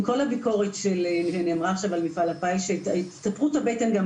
עם כל הביקורת שנאמרה על מפעל הפיס והתהפכות הבטן,